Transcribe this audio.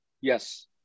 Yes